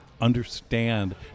understand